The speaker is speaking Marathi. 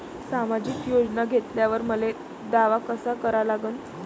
सामाजिक योजना घेतल्यावर मले दावा कसा करा लागन?